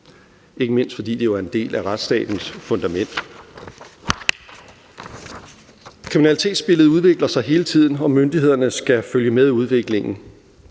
ikke mindst fordi det er en del af retsstatens fundament. Kriminalitetsbilledet udvikler sig hele tiden, og myndighederne skal følge med udviklingen.